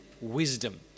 wisdom